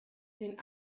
den